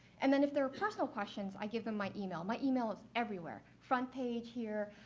and then if there were personal questions, i'd give them my email. my email is everywhere, front page here,